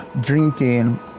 drinking